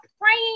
praying